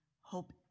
hope